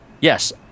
yes